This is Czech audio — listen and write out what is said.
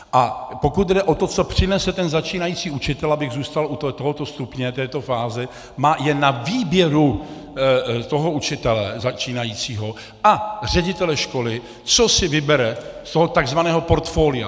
A pokud jde o to, co přinese ten začínající učitel, abych zůstal u tohoto stupně, této fáze, je na výběru toho začínajícího učitele a ředitele školy, co si vybere z toho takzvaného portfolia.